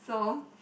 so